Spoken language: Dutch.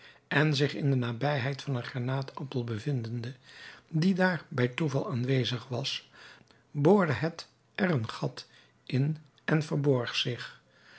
en zich in de nabijheid van een granaatappel bevindende die daar bij toeval aanwezig was boorde het er een gat in en verborg zich